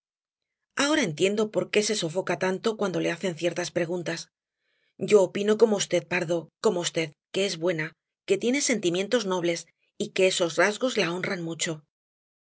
ahora entiendo por qué se sofoca tanto cuando le hacen ciertas preguntas yo opino como v pardo como v que es buena que tiene sentimientos nobles y que esos rasgos la honran mucho